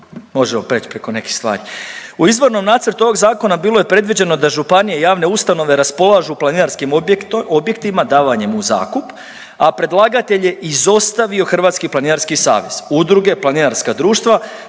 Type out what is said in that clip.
U izbornom nacrtu ovog zakona bilo je predviđeno da županije i javne ustanove raspolažu planinarskim objektima davanjem u zakup, a predlagatelj je izostavio Hrvatski planinarski savez, udruge, planinarska društva